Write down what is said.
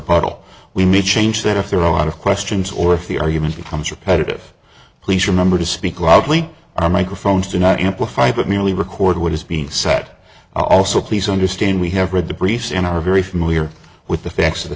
puddle we need change that if there are a lot of questions or if the argument becomes repetitive please remember to speak loudly our microphones do not amplify but merely record what is being sat also please understand we have read the briefs and are very familiar with the facts of the